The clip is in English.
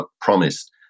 promised